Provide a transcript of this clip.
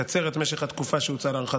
לקצר את משך התקופה שהוצעה להארכת